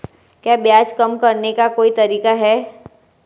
क्या ब्याज कम करने का कोई तरीका है?